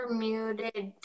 muted